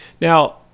Now